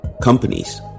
Companies